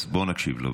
אז בואו נקשיב לו,